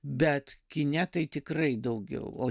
bet kine tai tikrai daugiau o